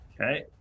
Okay